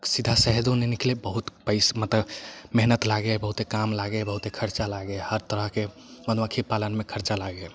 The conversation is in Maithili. सीधा शहदो नहि निकलै हइ बहुत पैसा मतलब मेहनत लागै हइ बहुते काम लागै हइ बहुते खर्चा लागै हइ हर तरहके मधुमक्खी पालनमे खर्चा लागै हइ